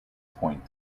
point